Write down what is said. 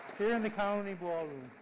here in the colony ballroom